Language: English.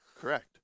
Correct